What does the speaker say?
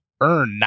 earn